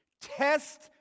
test